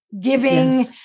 giving